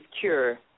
cure